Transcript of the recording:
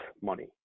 money